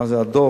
מה זה הדוח.